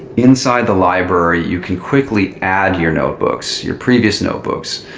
inside the library, you can quickly add your notebooks, your previous notebooks.